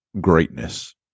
greatness